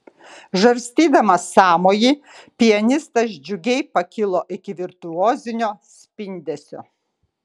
žarstydamas sąmojį pianistas džiugiai pakilo iki virtuozinio spindesio